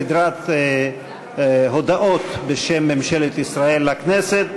סדרת הודעות בשם ממשלת ישראל לכנסת.